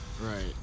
right